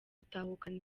gutahukana